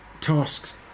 tasks